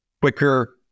quicker